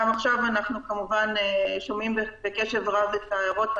גם עכשיו אנחנו כמובן שומעים בקשב רב את ההערות.